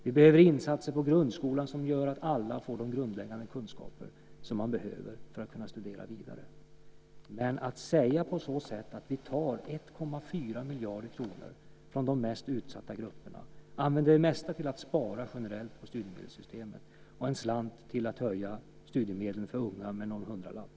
Vi behöver insatser på grundskolan som gör att alla får de grundläggande kunskaper som man behöver för att kunna studera vidare. Men jag tycker inte att det är en klok strategi för framtiden att säga att vi ska ta 1,4 miljarder kronor från de mest utsatta grupperna och använda det mesta för att spara generellt på studiemedelssystemet och också ge en slant för att höja studiemedlen för unga med någon hundralapp.